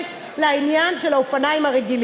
נתייחס לעניין של האופניים הרגילים.